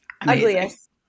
Ugliest